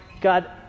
God